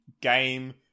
game